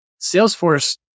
Salesforce